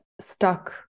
stuck